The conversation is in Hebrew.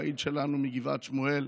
פעיל שלנו מגבעת שמואל,